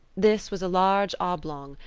this was a large oblong,